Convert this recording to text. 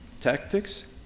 tactics